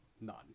None